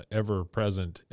ever-present